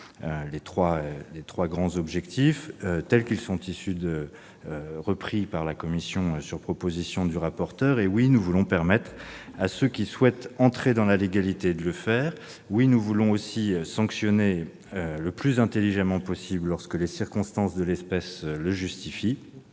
sous-tendant ce texte, tels qu'ils ont été repris à son compte par la commission des lois, sur proposition du rapporteur. Oui, nous voulons permettre à ceux qui souhaitent entrer dans la légalité de le faire. Oui, nous voulons aussi sanctionner le plus intelligemment possible lorsque les circonstances de l'espèce le justifient.